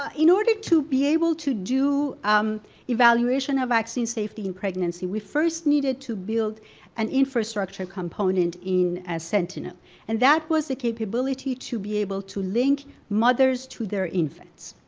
ah in order to be able to do an um evaluation of vaccine safety in pregnancy we first needed to build an infrastructure component in a sentinel and that was the capability to be able to link mothers to their infants.